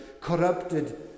corrupted